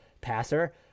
passer